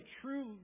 true